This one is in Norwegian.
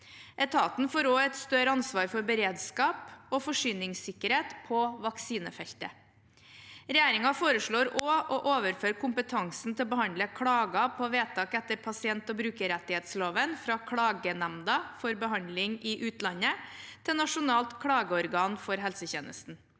Etaten får også et større ansvar for beredskap og forsyningssikkerhet på vaksinefeltet. Regjeringen foreslår også å overføre kompetansen til å behandle klager på vedtak etter pasient- og brukerrettighetsloven fra klagenemnda for behandling i utlandet til Nasjonalt klageorgan for helsetjenesten.